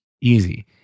easy